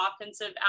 offensive